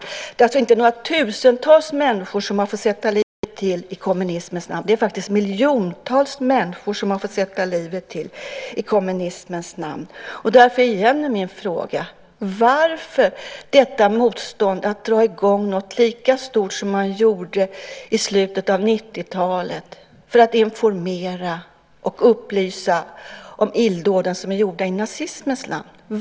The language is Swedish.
Det är alltså inte några tusentals människor som har fått sätta livet till i kommunismens namn. Det är faktiskt miljontals människor som har fått sätta livet till i kommunismens namn. Därför ställer jag återigen min fråga: Varför detta motstånd att dra i gång något lika stort som man gjorde i slutet av 1990-talet för att informera och upplysa om illdåden som är gjorda i nazismens namn?